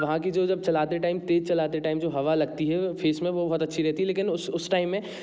वहाँ की जो जब चलाते टाइम तेज चलाते टाइम जो हवा लगती है वो फेस वो बहुत अच्छी रहती है लेकिन उस उस टाइम में